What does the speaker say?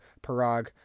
Parag